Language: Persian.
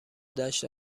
دشت